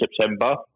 September